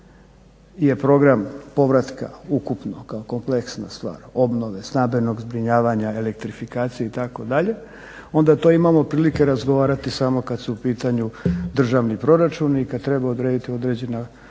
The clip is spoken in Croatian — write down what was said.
je program povratka ukupnog, kompleksna stvar, obnove, stambenog zbrinjavanja, elektrifikacije itd. onda to imamo prilike razgovarati samo kad su u pitanju državni proračuni i kad treba odrediti određena sredstva,